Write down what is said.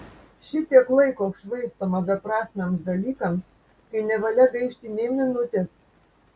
šitiek laiko švaistoma beprasmiams dalykams kai nevalia gaišti nė minutės